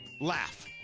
laugh